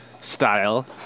style